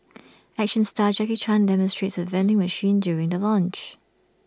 action star Jackie chan demonstrates the vending machine during the launch